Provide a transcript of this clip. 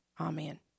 amen